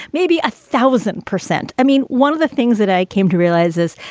maybe a thousand percent. i mean, one of the things that i came to realize is